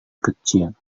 kecil